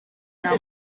nta